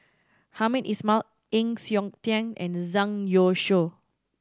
Hamed Ismail Heng Siok Tian and Zhang Youshuo